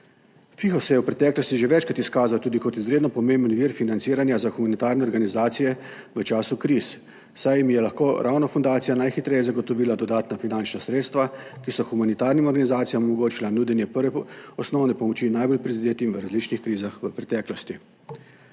se je v preteklosti že večkrat izkazal tudi kot izredno pomemben vir financiranja za humanitarne organizacije v času kriz, saj jim je lahko ravno fundacija najhitreje zagotovila dodatna finančna sredstva, ki so humanitarnim organizacijam omogočila nudenje prve, osnovne pomoči najbolj prizadetim v različnih krizah v preteklosti.